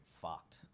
fucked